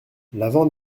l’avant